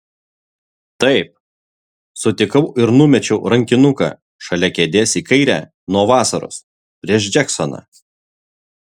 taip sutikau ir numečiau rankinuką šalia kėdės į kairę nuo vasaros prieš džeksoną